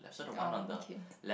oh okay